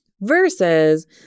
versus